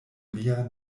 lia